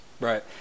Right